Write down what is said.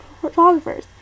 photographers